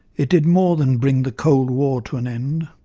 it did more than bring the cold war to an end.